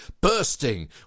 bursting